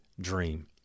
dream